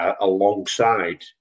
alongside